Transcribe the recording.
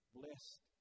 blessed